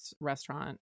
restaurant